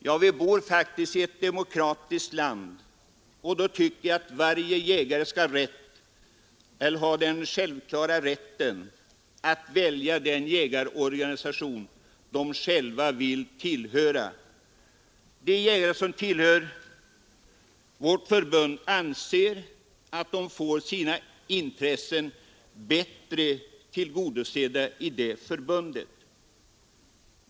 Ja, vi bor faktiskt i ett demokratiskt land, och då tycker jag att varje jägare skall ha en självklar rätt att välja den jägarorganisation han själv vill tillhöra. De jägare som tillhör vårt förbund anser att de får sina intressen bättre tillgodosedda inom det förbundet.